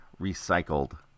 recycled